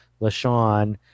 Lashawn